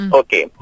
okay